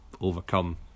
overcome